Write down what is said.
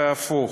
והפוך.